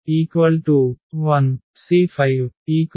5C1 4C3 0